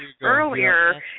earlier